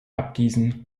abgießen